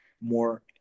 more